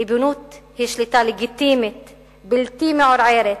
ריבונות היא שליטה לגיטימית בלתי מעורערת,